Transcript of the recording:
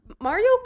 Mario